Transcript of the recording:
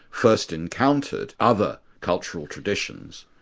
first encountered other cultural traditions,